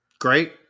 Great